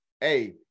hey